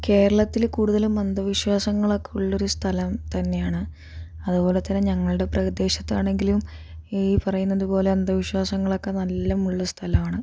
കേരളത്തില് കൂടുതലും അന്ധവിശ്വാസങ്ങളൊക്കെ ഉള്ളൊരു സ്ഥലം തന്നെയാണ് അതുപോലെ തന്നെ ഞങ്ങളുടെ പ്രദേശത്ത് ആണെങ്കിലും ഈ പറയുന്നത് പോലെ അന്ധവിശ്വാസങ്ങളൊക്കെ നല്ലവണ്ണമുള്ള സ്ഥലമാണ്